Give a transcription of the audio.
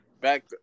back